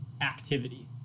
activity